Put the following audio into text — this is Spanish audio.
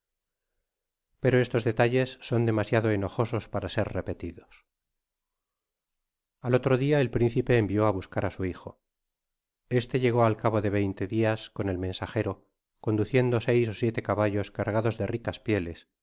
pero estos detalles son demasiado enojosos para ser repetidos al otro dia el principe envio á buscar á su hijo este llegó al cabo de veinte dias con el mensajero conduciendo seis ó siete caballos cargados de ricas pieles